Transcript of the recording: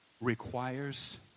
requires